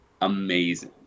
amazing